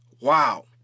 Wow